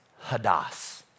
hadas